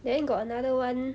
then got another [one]